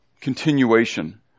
continuation